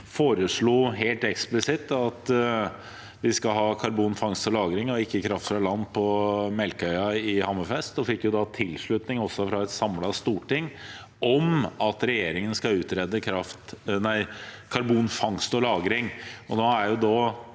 foreslo helt eksplisitt at vi skal ha karbonfangst og lagring og ikke kraft fra land på Melkøya i Hammerfest. Vi fikk da også tilslutning fra et samlet storting om at regjeringen skal utrede karbonfangst og lagring.